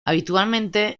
habitualmente